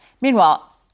Meanwhile